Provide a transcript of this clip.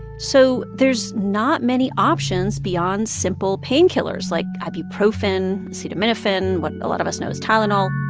so there's not many options beyond simple painkillers like ibuprofen, acetaminophen what a lot of us know as tylenol